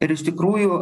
ir iš tikrųjų